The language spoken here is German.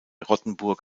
rottenburg